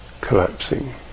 collapsing